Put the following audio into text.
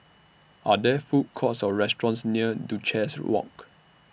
Are There Food Courts Or restaurants near Duchess Walk